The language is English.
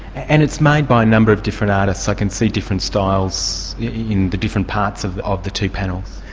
and it's made by a number of different artists. i can see different styles in the different parts of of the two panels.